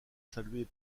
saluée